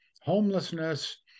homelessness